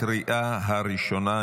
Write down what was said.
לקריאה הראשונה.